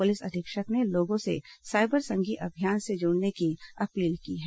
police अधीक्षक ने लोगों से साइबर संगी अभियान से जुड़ने की अपील की है